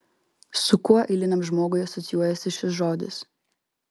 su kuo eiliniam žmogui asocijuojasi šis žodis